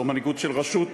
או מנהיגות של הרשות,